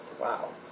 Wow